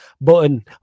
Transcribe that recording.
button